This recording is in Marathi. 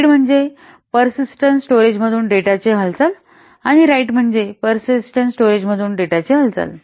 रीड म्हणजे पर्सिस्टंट स्टोरेज मधून डेटा ची हालचाल आणि राईट म्हणजे पर्सिस्टंट स्टोरेज मधून डेटा ची हालचाल